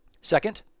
Second